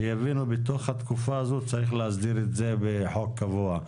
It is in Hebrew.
שיבינו שבתוך התקופה הזאת צריך להסדיר את זה בחוק קבוע.